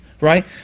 right